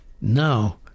Now